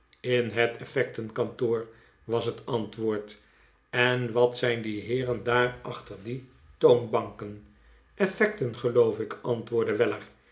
in het effectenkantoofy was het antwoord en wat zijn die heeren daar achter die toonbanken effecten geloof ik antwoordde weller